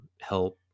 help